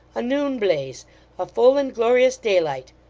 a noon-blaze a full and glorious daylight.